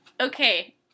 Okay